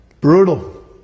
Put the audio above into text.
Brutal